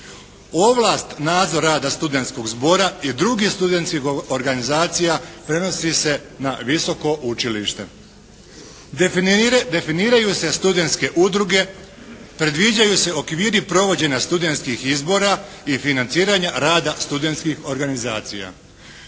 Ovlast nadzora rada studentskog zbora i drugih studentskih organizacija prenosi se na visoko učilište. Definiraju se studentske udruge, predviđaju se okviri provođenja studentskih izbora i financiranja rada studentskih organizacija.